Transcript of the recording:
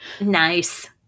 Nice